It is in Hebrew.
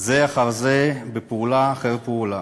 אחר פעם, פעולה אחרי פעולה.